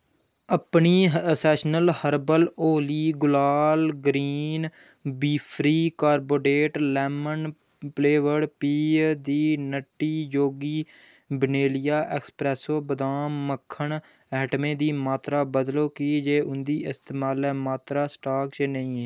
अपनियें essential herbal Holi गुलाल green बीफ्री कार्बोनेट लैमन प्लेवर्ड पेय ते नट्टी योगी वेनेलिया ऐक्सप्रैस्सो बदाम मक्खन ऐटमें दी मात्तरा बदलो की जे उं'दी इस्तेमाले मात्तरा स्टाक च नेईं ऐ